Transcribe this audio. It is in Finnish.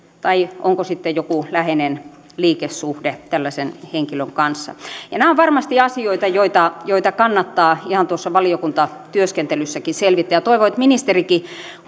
tai onko sitten joku läheinen liikesuhde tällaisen henkilön kanssa nämä ovat varmasti asioita joita joita kannattaa ihan tuossa valiokuntatyöskentelyssäkin selvittää toivon että ministerikin